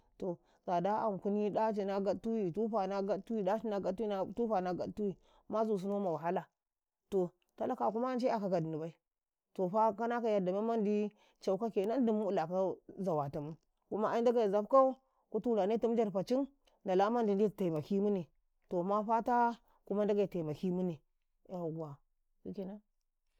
﻿to stada ankuni ɗaci na gattui tufa na gattui, ɗaci na gattui na tufa na gattui mazu sunuta wahala to talaka kuma 'yaka ka'inibai, tofa, kana kau memmandi caukau kenan dumu mu ilaka zawa tumu kuma ai ndagai zafkau ku tuayane tum njarfacin ndala mandi ndetu gaɗe mune to mafata kuma ndage tamakimune yauwa shikenan.